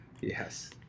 Yes